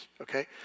Okay